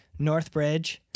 Northbridge